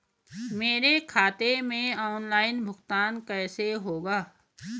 मेरे खाते में ऑनलाइन भुगतान कैसे होगा?